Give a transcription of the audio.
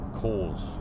cause